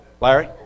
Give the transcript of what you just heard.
Larry